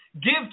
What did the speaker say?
Give